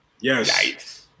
Yes